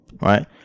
right